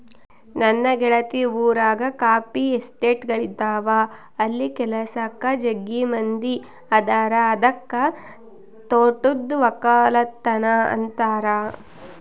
ನನ್ನ ಗೆಳತಿ ಊರಗ ಕಾಫಿ ಎಸ್ಟೇಟ್ಗಳಿದವ ಅಲ್ಲಿ ಕೆಲಸಕ್ಕ ಜಗ್ಗಿ ಮಂದಿ ಅದರ ಅದಕ್ಕ ತೋಟದ್ದು ವಕ್ಕಲತನ ಅಂತಾರ